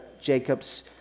Jacob's